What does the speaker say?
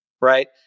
right